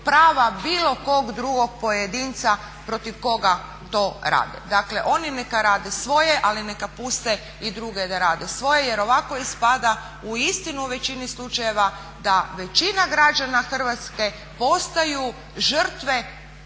prava bilo kog drugog pojedinca protiv koga to rade. Dakle oni neka rade svoje ali neka puste i druge da rade svoje jer ovako ispada u istinu u većini slučaja da većina građana Hrvatske postaju žrtve